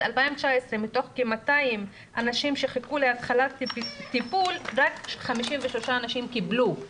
2019 מתוך כ-200 אנשים שחיכו להתחלת טיפול רק 53 אנשים קיבלו.